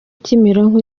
kimironko